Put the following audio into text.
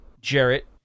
Jarrett